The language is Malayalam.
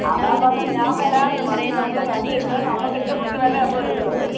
അതാ പറഞ്ഞത് ഞാന് വരാമെന്ന് വന്ന് നമ്മള് കണ്ടിട്ട് നമുക്ക് ഇഷ്ടപ്പെട്ടതല്ലേ നമ്മൾ എടുക്കുന്നത്